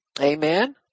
Amen